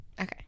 okay